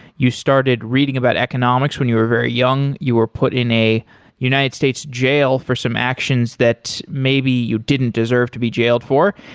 you started reading about economics when you were very young, you were put in a united states jail for some actions that maybe you didn't deserve to be jailed for,